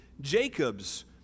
Jacob's